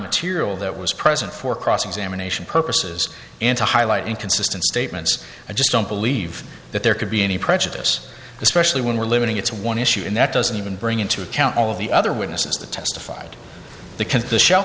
material that was present for cross examination purposes and to highlight inconsistent statements i just don't believe that there could be any prejudice especially when we're limiting it's one issue and that doesn't even bring into account all of the other witnesses that testified the can the shell